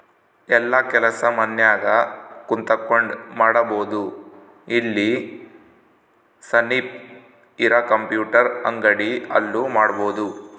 ಯೆಲ್ಲ ಕೆಲಸ ಮನ್ಯಾಗ ಕುಂತಕೊಂಡ್ ಮಾಡಬೊದು ಇಲ್ಲ ಸನಿಪ್ ಇರ ಕಂಪ್ಯೂಟರ್ ಅಂಗಡಿ ಅಲ್ಲು ಮಾಡ್ಬೋದು